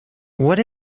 what